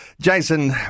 Jason